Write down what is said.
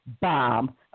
bomb